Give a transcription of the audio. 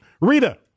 rita